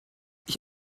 ich